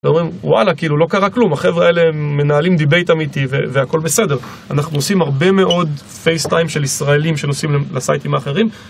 ואומרים, וואלה, כאילו לא קרה כלום, החבר'ה האלה מנהלים דיבייט אמיתי, והכול בסדר. אנחנו עושים הרבה מאוד פייסטיים של ישראלים שנוסעים לסייטים האחרים.